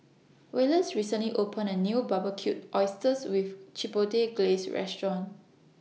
Wallace recently opened A New Barbecued Oysters with Chipotle Glaze Restaurant